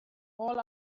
all